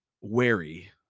wary